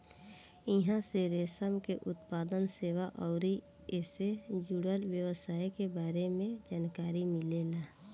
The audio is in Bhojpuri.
इहां से रेशम के उत्पादन, सेवा अउरी ऐइसे जुड़ल व्यवसाय के बारे में जानकारी मिलेला